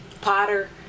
Potter